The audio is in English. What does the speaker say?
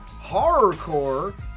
horrorcore